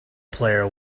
player